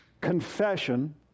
confession